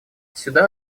сюда